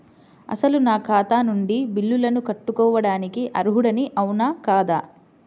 అసలు నా ఖాతా నుండి బిల్లులను కట్టుకోవటానికి అర్హుడని అవునా కాదా?